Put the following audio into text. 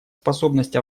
способность